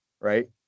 right